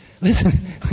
Listen